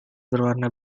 berwarna